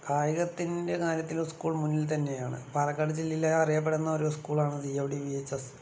കായികത്തിന്റെ കാര്യത്തിലും സ്കൂൾ മുന്നിൽ തന്നെ ആണ് പാലക്കാട് ജില്ലയിലെ അറിയപ്പെടുന്ന ഒരു സ്കൂളാണ് C M D V HS